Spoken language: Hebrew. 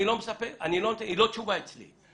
היא לא תשובה אצלי.